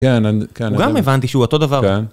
כן גם הבנתי שהוא אותו דבר.